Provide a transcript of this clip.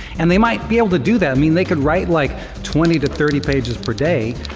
and they might be able to do that, i mean, they could write like twenty to thirty pages per day.